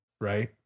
Right